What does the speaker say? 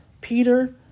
Peter